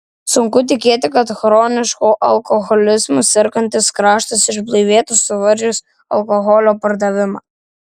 sunku tikėti kad chronišku alkoholizmu sergantis kraštas išblaivėtų suvaržius alkoholio pardavimą